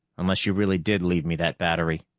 unless you really did leave me that battery.